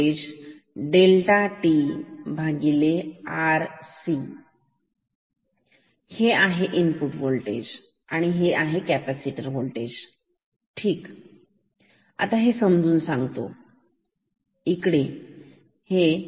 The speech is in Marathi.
आणि हे असे समजून चालतो की इकडे Vo आउटपुट वोल्टेज 0 आहे तर आपण पाहू शकतो VN ठीक